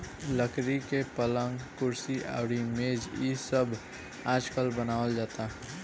लकड़ी से पलंग, कुर्सी अउरी मेज़ इ सब आजकल बनावल जाता